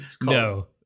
no